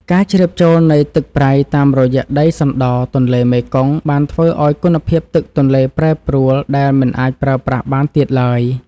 ការជ្រាបចូលនៃទឹកប្រៃតាមរយៈដីសណ្តទន្លេមេគង្គបានធ្វើឱ្យគុណភាពទឹកទន្លេប្រែប្រួលដែលមិនអាចប្រើប្រាស់បានទៀតឡើយ។